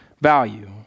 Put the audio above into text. value